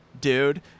dude